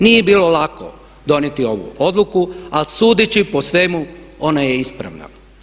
Nije bilo lako donijeti ovu odluku ali sudeći po svemu, ona je ispravna.